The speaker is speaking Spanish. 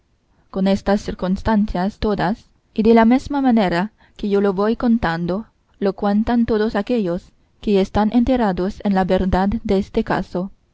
con estas circunstancias todas y de la mesma manera que yo lo voy contando lo cuentan todos aquellos que están enterados en la verdad deste caso